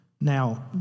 Now